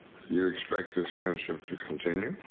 you expect this friendship to continue?